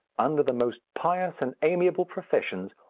under the most pious and amiable professions,